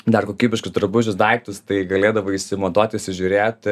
dar kokybiškus drabužius daiktus tai galėdavai išsimatuoti įsižiūrėti